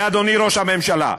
ואדוני ראש הממשלה,